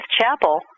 chapel